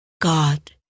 God